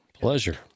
Pleasure